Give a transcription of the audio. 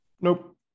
Nope